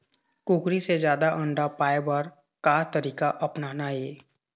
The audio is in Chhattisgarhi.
कुकरी से जादा अंडा पाय बर का तरीका अपनाना ये?